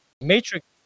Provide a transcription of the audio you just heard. Matrix